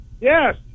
Yes